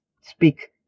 speak